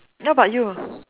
what about you